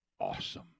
awesome